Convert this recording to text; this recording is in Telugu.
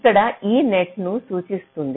ఇక్కడ e నెట్ ను సూచిస్తుంది